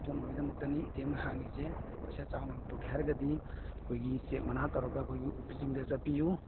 ꯂꯧꯊꯣꯛꯅꯕꯒꯤꯗꯃꯛꯇꯅꯤ A T M ꯍꯥꯡꯉꯤꯁꯦ ꯄꯩꯁꯥ ꯆꯥꯎꯅ ꯂꯧꯊꯣꯛꯀꯦ ꯍꯥꯏꯔꯒꯗꯤ ꯑꯩꯈꯣꯏꯒꯤ ꯆꯦꯛ ꯃꯅꯥ ꯇꯧꯔꯒ ꯑꯩꯈꯣꯏꯒꯤ ꯑꯣꯐꯤꯁꯁꯤꯡꯗ ꯆꯠꯄꯤꯎ